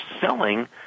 selling